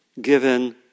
given